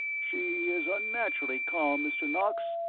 she is unnaturally calm, mr. knox,